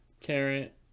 carrot